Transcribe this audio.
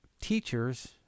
teachers